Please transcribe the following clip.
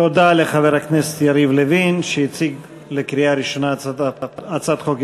תודה לחבר הכנסת יריב לוין שהציג לקריאה ראשונה הצעת חוק-יסוד: